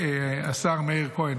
השר מאיר כהן,